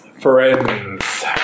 Friends